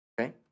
Okay